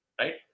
right